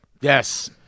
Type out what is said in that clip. Yes